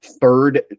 third